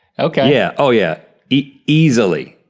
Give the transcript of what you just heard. okay. yeah, oh yeah. easily.